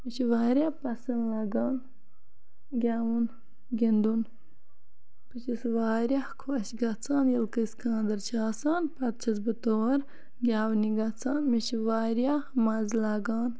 مےٚ چھ واریاہ پَسَنٛد لَگان گیٚوُن گِندُن بہٕ چھَس واریاہ خۄش گَژھان ییٚلہِ کٲنٛسہِ خاندَر چھُ آسان پَتہٕ چھَس بہٕ تور گیٚونہِ گَژھان مےٚ چھ واریاہ مَزٕ لَگان